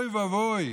אוי ואבוי,